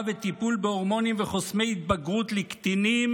וטיפול בהורמונים וחוסמי התבגרות לקטינים,